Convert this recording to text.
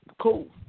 Cool